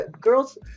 Girls